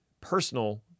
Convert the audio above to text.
personal